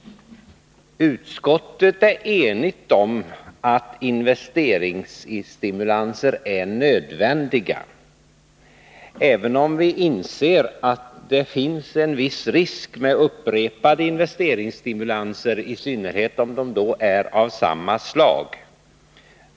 Utskottet är enigt om att investeringsstimulanser är nödvändiga, även om vi inser att det finns en viss risk med upprepade investeringsstimulanser, i synnerhet om de är av samma slag.